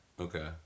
okay